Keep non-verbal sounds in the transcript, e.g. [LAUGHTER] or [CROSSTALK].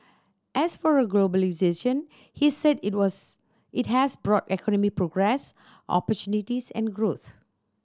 as for [UNINTELLIGIBLE] globalisation he said it was it has brought economic progress opportunities and growth